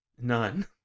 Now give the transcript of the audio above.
None